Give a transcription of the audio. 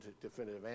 definitive